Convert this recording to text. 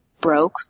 broke